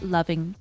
Loving